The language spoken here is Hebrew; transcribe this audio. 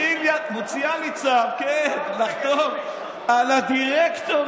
מוציאה לי צו, כן, לחתום על הדירקטורים.